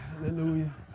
Hallelujah